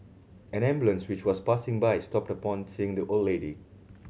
an ambulance which was passing by stopped upon seeing the old lady